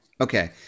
Okay